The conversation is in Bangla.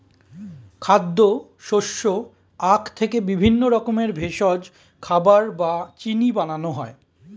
খাদ্য, শস্য, আখ থেকে বিভিন্ন রকমের ভেষজ, খাবার বা চিনি বানানো হয়